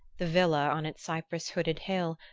the villa on its cypress-hooded hill,